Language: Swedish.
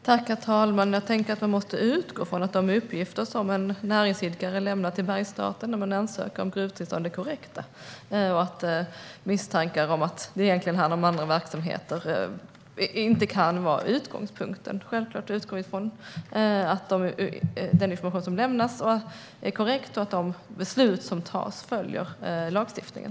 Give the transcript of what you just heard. Herr talman! Man måste utgå från att de uppgifter som en näringsidkare lämnar till Bergsstaten vid ansökan om gruvtillstånd är korrekta. Misstankar om att det egentligen handlar om andra verksamheter kan inte vara utgångspunkten. Självklart utgår vi från att den information som lämnas är korrekt och att de beslut som tas följer lagstiftningen.